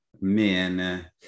men